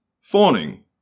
fawning